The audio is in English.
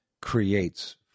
creates